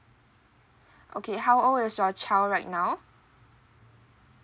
okay how old is your child right now